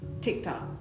TikTok